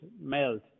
melt